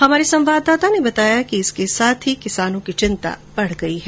हमारे संवाददाता ने बताया कि ओलावृष्टि से किसानों की चिंता बढ गई है